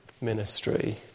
ministry